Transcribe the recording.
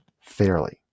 fairly